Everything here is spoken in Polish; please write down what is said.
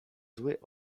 zły